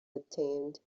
obtained